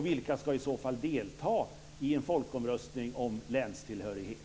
Vilka ska i så fall delta i en folkomröstning om länstillhörighet?